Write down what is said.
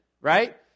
right